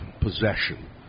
possession